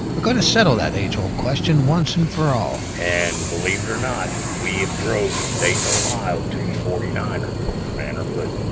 and going to settle that age-old question once and for all. and believe it or not, we've drove from dayton, ohio to the forty nine er for nanner pudding.